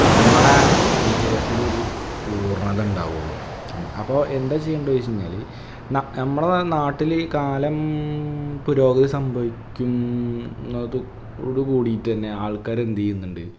നമ്മുടെ വിജയത്തിലൊരു പൂര്ണ്ണത ഉണ്ടാകുള്ളു അപ്പോൾ എന്താ ചെയ്യേണ്ടത് ചോദിച്ചു കഴിഞ്ഞാൽ നക് നമ്മടത നാട്ടിൽ കാലം പുരോഗതി സംഭവിക്കുന്നതോടു കൂടിയിട്ടു തന്നെ ആള്ക്കാർ എന്തു ചെയ്യുന്നുണ്ട്